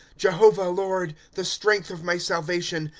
jehovah, lord, the strength of my salvation.